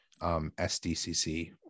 SDCC